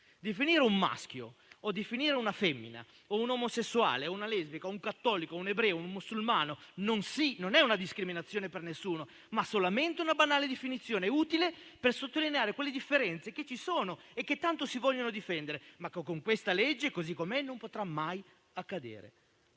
Definire un maschio o una femmina, un omosessuale, una lesbica, un cattolico, un ebreo, un musulmano non è una discriminazione per nessuno, ma solamente una banale definizione, utile a sottolineare quelle differenze che ci sono e che tanto si vogliono difendere; ma con questa legge, così com'è, ciò non potrà mai accadere.